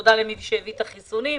ותודה למי שהביא את החיסונים,